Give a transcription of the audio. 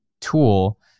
tool